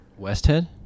Westhead